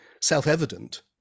self-evident